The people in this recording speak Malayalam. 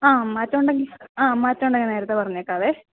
ആ മാറ്റം ഉണ്ടങ്കിൽ മാറ്റമുണ്ടെങ്കിൽ നേരത്തെ പറഞ്ഞേക്കാം